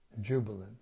jubilant